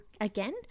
again